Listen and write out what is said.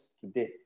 today